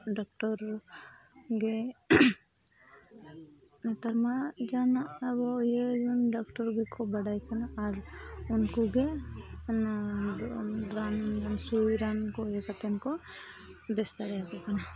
doctor ᱜᱮ ᱱᱮᱛᱟᱨ ᱢᱟ ᱡᱟᱦᱟᱱᱟᱜ ᱟᱵᱚ ᱤᱭᱟᱹ ᱰᱚᱠᱴᱚᱨ ᱜᱮᱠᱚ ᱵᱟᱰᱟᱭ ᱠᱟᱱᱟ ᱟᱨ ᱩᱱᱠᱩᱜᱮ ᱚᱱᱟ ᱫᱚᱠᱚ ᱨᱟᱱ ᱥᱩᱭ ᱨᱟᱱ ᱠᱚ ᱤᱭᱟᱹ ᱠᱟᱛᱮ ᱠᱚ ᱵᱮᱥ ᱫᱟᱲᱮᱭᱟᱠᱚ ᱠᱟᱱᱟ